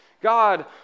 God